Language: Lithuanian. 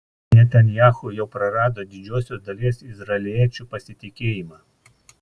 netanyahu jau prarado didžiosios dalies izraeliečių pasitikėjimą